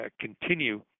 continue